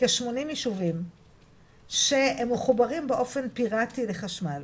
כ-80 ישובים שהם מחוברים באופן פירטי לחשמל.